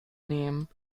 nehmen